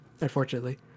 unfortunately